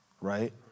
right